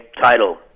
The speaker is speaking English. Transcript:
title